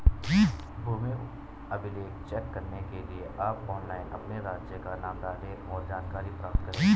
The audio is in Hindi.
भूमि अभिलेख चेक करने के लिए आप ऑनलाइन अपने राज्य का नाम डालें, और जानकारी प्राप्त करे